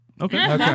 Okay